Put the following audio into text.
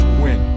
win